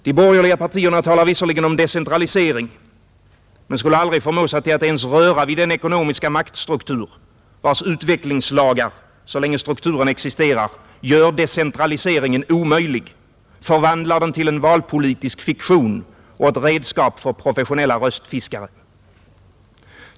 De borgerliga partierna talar visserligen om decentralisering men skulle aldrig förmå sig till att ens röra vid den ekonomiska maktstruktur, vars utvecklingslagar — så länge strukturen existerar — gör decentraliseringen omöjlig, förvandlar den till en valpolitisk fiktion och ett redskap för professionella röstfiskare.